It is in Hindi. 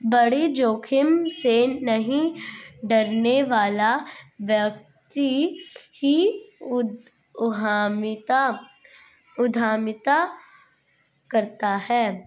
बड़ी जोखिम से नहीं डरने वाला व्यक्ति ही उद्यमिता करता है